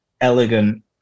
elegant